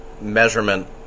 measurement